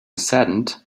saddened